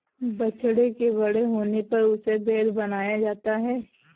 बछड़े के बड़े होने पर उसे बैल बनाया जाता है